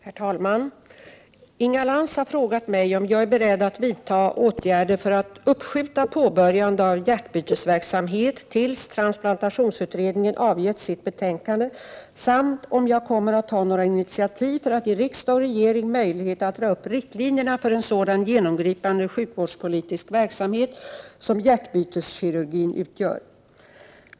Herr talman! Inga Lantz har frågat mig om jag är beredd att vidta åtgärder för att uppskjuta påbörjande av hjärtbytesverksamhet tills transplantationsutredningen avgett sitt betänkande samt om jag kommer att ta några initiativ för att ge riksdag och regering möjlighet att dra upp riktlinjerna för en sådan genomgripande sjukvårdspolitisk verksamhet som hjärtbyteskirurgin utgör.